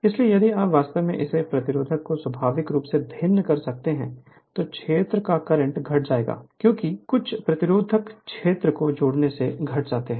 इसलिए यदि आप वास्तव में इस प्रतिरोध को स्वाभाविक रूप से भिन्न कर सकते हैं तो क्षेत्र का करंट घट जाएगा क्योंकि कुछ प्रतिरोध क्षेत्र को जोड़ने से घट जाते हैं